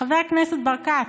חבר הכנסת ברקת,